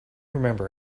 remember